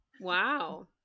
wow